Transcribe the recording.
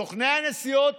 סוכני הנסיעות